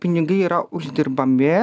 pinigai yra uždirbami